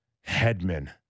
headman